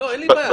אין לי בעיה.